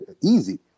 Easy